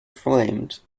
flamed